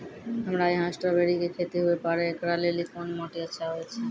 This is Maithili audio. हमरा यहाँ स्ट्राबेरी के खेती हुए पारे, इकरा लेली कोन माटी अच्छा होय छै?